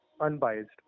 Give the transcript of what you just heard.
unbiased